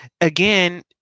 again